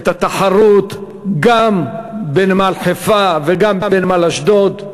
את התחרות גם בנמל חיפה וגם בנמל אשדוד.